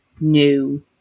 new